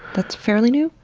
that's fairly new?